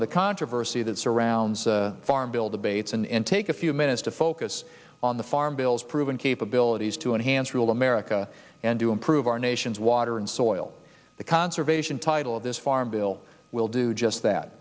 of the controversy that surrounds the farm bill debates and take a few minutes to focus on the farm bill's proven capabilities to enhance real america and to improve our nation's water and soil the conservation title of this farm bill will do just that